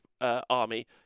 army